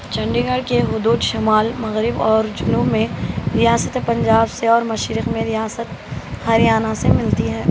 چنڈی گڑھ کے حدود شمال مغرب اور جنوب میں ریاستِ پنجاب سے اور مشرق میں ریاست ہریانہ سے ملتی ہیں